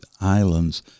islands